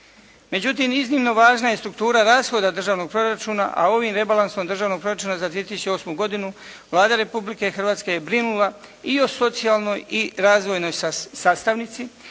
Međutim, iznimno važna je struktura rashoda državnog proračuna, a ovim rebalansom državnog proračuna za 2008. godinu Vlada Republike Hrvatske je brinula i o socijalnoj i razvojnoj sastavnici,